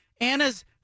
Anna's